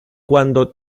cuando